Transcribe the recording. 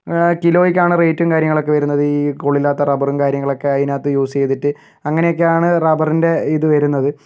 കിലോയ്ക്കാണ് റെയിറ്റും കാര്യങ്ങളൊക്കെ വരുന്നത് ഈ കൊള്ളില്ലാത്ത റബറും കാര്യങ്ങളൊക്കെ അതിനകത്ത് യൂസ് ചെയ്തിട്ട് അങ്ങനെയൊക്കെയാണ് റബറിൻ്റെ ഇത് വരുന്നത്